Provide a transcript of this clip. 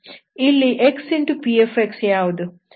ಇಲ್ಲಿ xpx ಯಾವುದು